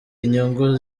inyungu